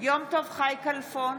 יום טוב חי כלפון,